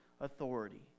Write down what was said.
authority